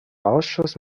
ausschuss